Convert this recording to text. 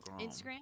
Instagram